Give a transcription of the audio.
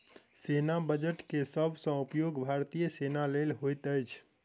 सेना बजट के सब सॅ उपयोग भारतीय सेना लेल होइत अछि